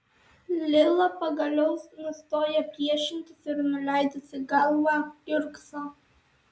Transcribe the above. lila pagaliau nustoja priešintis ir nuleidusi galvą kiurkso